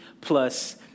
plus